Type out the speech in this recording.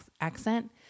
accent